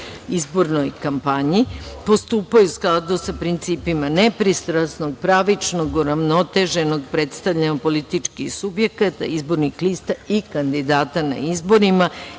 izbornoj kampanji postupaju u skladu sa principima nepristrasnog, pravičnog, uravnoteženog predstavljanja političkih subjekata, izbornih lista i kandidata na izborima